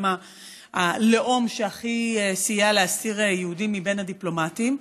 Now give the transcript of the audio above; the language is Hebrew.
הם הלאום שהכי סייע לאסיר היהודי מבין הדיפלומטים,